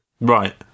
Right